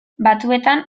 batzuetan